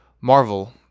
marvel